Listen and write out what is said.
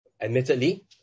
admittedly